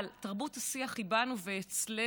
אבל תרבות שיח היא בנו ואצלנו,